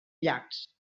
llacs